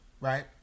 right